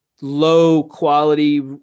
low-quality